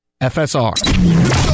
FSR